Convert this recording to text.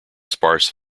sparse